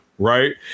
Right